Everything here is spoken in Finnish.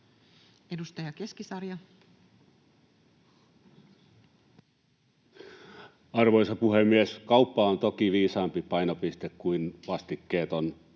Content: Arvoisa puhemies! Kauppa on toki viisaampi painopiste kuin vastikkeeton